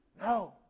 No